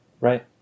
Right